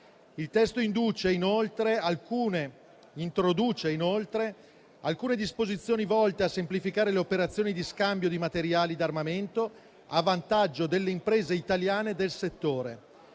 Il testo introduce, inoltre, alcune disposizioni volte a semplificare le operazioni di scambio di materiali d'armamento a vantaggio delle imprese italiane del settore,